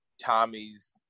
Tommy's